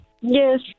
Yes